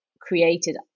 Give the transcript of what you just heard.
created